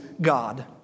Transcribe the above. God